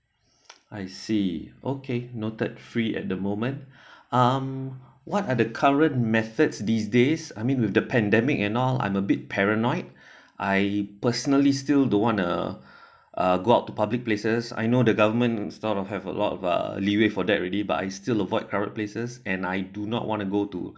I see okay noted free at the moment um what are the current methods these days I mean with the pandemic at now I'm a bit paranoid I personally still don't want uh uh go out to public places I know the government sort of have a lot of uh alleviate for that already but I still avoid crowded places and I do not want to go to